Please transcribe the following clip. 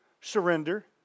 Surrender